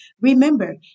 Remember